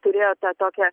turėjo tą tokią